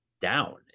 down